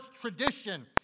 tradition